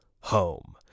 home